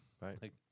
right